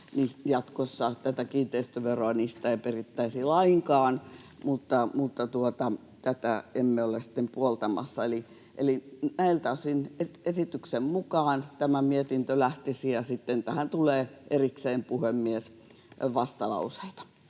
tuotantorakennuksista ei perittäisi lainkaan, mutta tätä emme ole sitten puoltamassa. Eli näiltä osin esityksen mukaan tämä mietintö lähtisi, ja sitten tähän tulee erikseen, puhemies, vastalauseita.